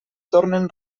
tornen